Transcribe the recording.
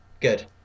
Good